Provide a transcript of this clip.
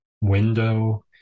window